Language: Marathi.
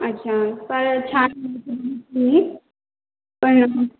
अच्छा तर छान पण